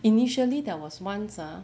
initially there was once ah